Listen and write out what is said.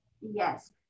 Yes